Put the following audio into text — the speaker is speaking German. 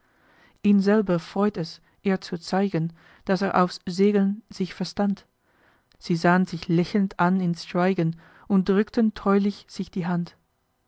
ihn selber freut es ihr zu zeigen daß er aufs segeln sich verstand sie sahn sich lächelnd an in schweigen und drückten treulich sich die hand